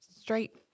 Straight